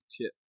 kit